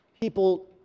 people